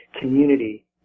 community